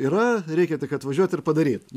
yra reikia tik atvažiuot ir padaryt